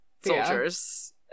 soldiers